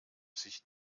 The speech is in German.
sich